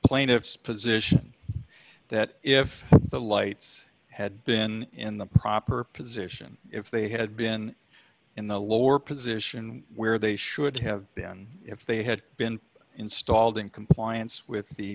plaintiff's position that if the lights had been in the proper position if they had been in the lower position where they should have been if they had been installed in compliance with the